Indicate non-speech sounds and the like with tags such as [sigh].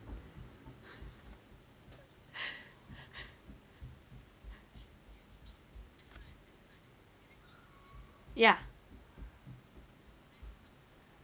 [laughs] yeah